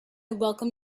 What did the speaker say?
welcome